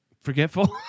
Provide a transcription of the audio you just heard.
Forgetful